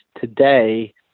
today